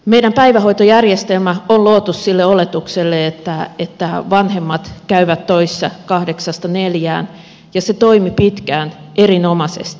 meidän päivähoitojärjestelmä on luotu sille oletukselle että vanhemmat käyvät töissä kahdeksasta neljään ja se toimi pitkään erinomaisesti